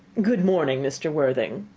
good morning, mr. worthing!